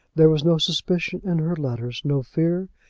there was no suspicion in her letter, no fear,